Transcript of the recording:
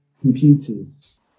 computers